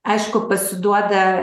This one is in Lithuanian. aišku pasiduoda